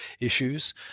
issues